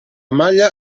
maglia